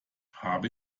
habe